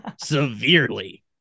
Severely